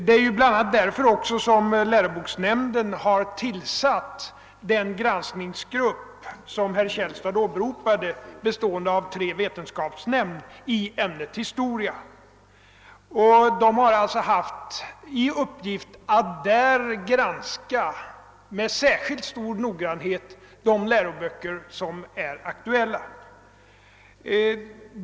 Det är bl.a. också därför som läroboksnämnden tillsatt den granskningsgrupp, som herr Källstad åberopade, bestående av tre vetenskapsmän i ämnet historia. Dessa har haft i uppgift att med särskilt stor noggrannhet granska de läroböcker som förekommer i detta ämne.